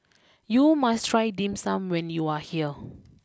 you must try Dim Sum when you are here